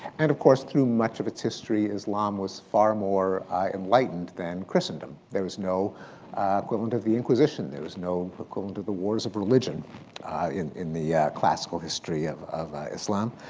and of course, through much of its history islam was far more enlightened than christendom. there was no equivalent of the inquisition. there was no equivalent of the wars of religion in in the classical history of of islam.